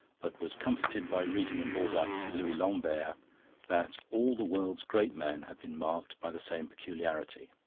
but was comforted by reading in balzac's louis lambert that all the world's great men have been marked by the same peculiarity,